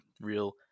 real